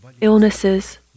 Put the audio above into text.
illnesses